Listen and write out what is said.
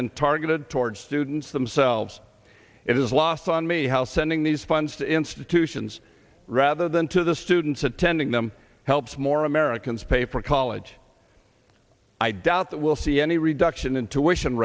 been targeted towards students themselves it is lost on me how sending these funds to institutions rather than to the students attending them helps more americans pay for college i doubt that we'll see any reduction intuition